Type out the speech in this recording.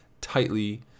tightly